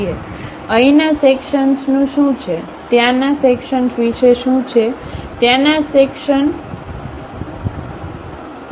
અહીંના સેક્શનનું શું છે ત્યાંના સેક્શન વિશે શું છે ત્યાંના સેક્શન વિશે શું છે ત્યાંના સેક્શન વિશે શું છે અને ત્યાંના સેક્શન વિશે શું છે